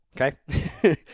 Okay